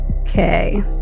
Okay